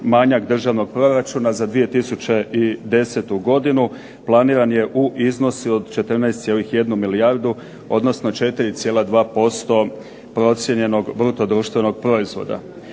manjak Državnog proračuna za 2010. godinu planiran je u iznosu od 14,1 milijardu, odnosno 4,2% procijenjenog BDP-a. Nakon uvodnog